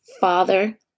father